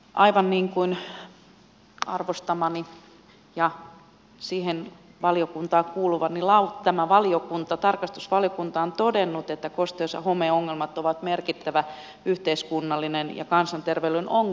aivan niin kuin arvostamani valiokunta tarkastusvaliokunta on todennut kosteus ja homeongelmat ovat merkittävä yhteiskunnallinen ja kansanterveydellinen ongelma